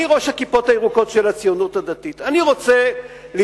אני ראש הכיפות הירוקות של הציונות הדתית.